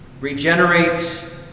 regenerate